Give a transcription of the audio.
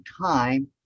time